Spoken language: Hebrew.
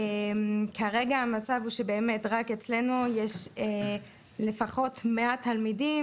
כרגע המצב הוא שבאמת רק אצלנו יש לפחות 100 תלמידים,